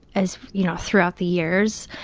as, you know, throughout the years,